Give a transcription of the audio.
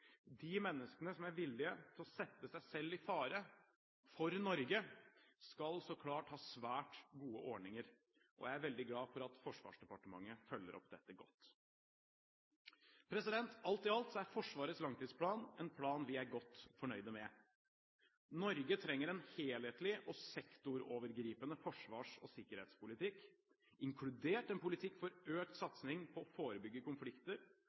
De menneskene som er villig til å sette seg selv i fare for Norge, skal så klart ha svært gode ordninger, og jeg er veldig glad for at Forsvarsdepartementet følger opp dette godt. Alt i alt er Forsvarets langtidsplan en plan vi er godt fornøyd med. Norge trenger en helhetlig og sektorovergripende forsvars- og sikkerhetspolitikk, inkludert en politikk for økt satsing på å forebygge konflikter,